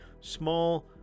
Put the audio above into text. small